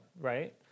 right